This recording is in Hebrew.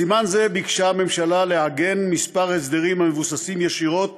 בסימן זה ביקשה הממשלה לעגן כמה הסדרים המבוססים ישירות